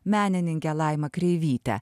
menininkę laimą kreivytę